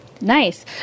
Nice